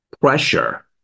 Pressure